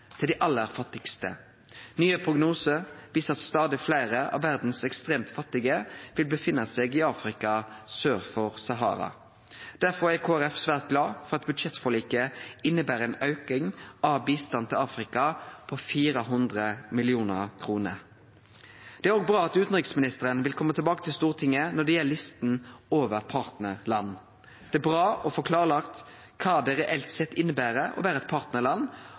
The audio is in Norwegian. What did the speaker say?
til dei aller fattigaste. Nye prognosar viser at stadig fleire av dei ekstremt fattige i verda vil halde til i Afrika sør for Sahara. Derfor er Kristeleg Folkeparti svært glade for at budsjettforliket inneber ein auke av bistanden til Afrika på 400 mill. kr. Det er òg bra at utanriksministeren vil kome tilbake til Stortinget når det gjeld lista over partnarland. Det er bra å få klarlagt kva det reelt sett inneber å vere eit partnarland,